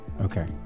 Okay